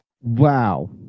Wow